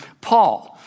Paul